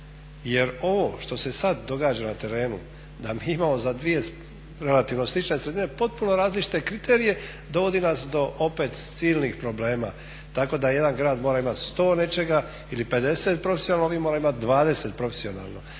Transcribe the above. Jer ovo što se sad događa na terenu da mi imamo za dvije relativno slične sredine potpuno različite kriterije, dovodi nas do opet silnih problema tako da jedan grad mora imat 100 nečega ili 50 … mora imat 20 profesionalno.